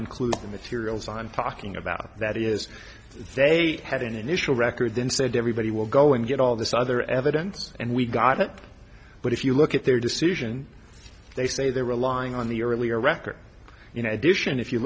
include the materials i'm talking about that is they had an initial record then said everybody will go and get all this other evidence and we've got it but if you look at their decision they say they're relying on the earlier records you know addition if you